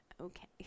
okay